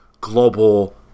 global